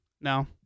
No